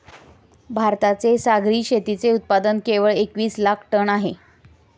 भारताचे सागरी शेतीचे उत्पादन केवळ एकवीस लाख टन आहे